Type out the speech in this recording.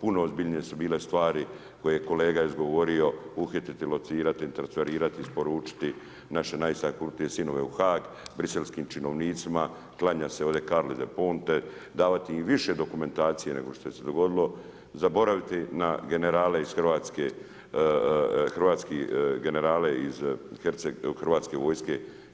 Puno ozbiljnije su bile stvari koje je kolege izgovorio uhiti, locirati, transferirati, isporučiti naše najistaknutije sinove u Haag, briselskim činovnicima, klanjati se ovdje Karli del Ponte, davati im više dokumentacije nego što se je dogodilo, zaboraviti na generale iz Hrvatske, hrvatske generale